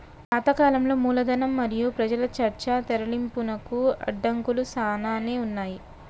పాత కాలంలో మూలధనం మరియు పెజల చర్చ తరలింపునకు అడంకులు సానానే ఉన్నాయి